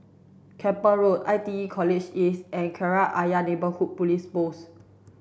Keppel Road I T E College East and Kreta Ayer Neighbourhood Police Post